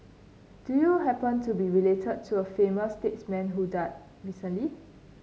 do you happen to be related to a famous statesman who died recently